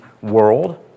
world